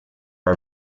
are